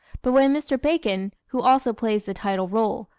but when mr. bacon, who also plays the title role,